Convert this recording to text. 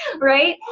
right